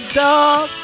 dog